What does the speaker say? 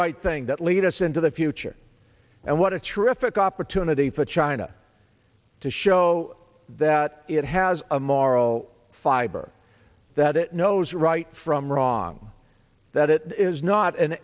right thing that lead us into the future and what a terrific opportunity for china to show that it has a moral fiber that it knows right from wrong that it is not an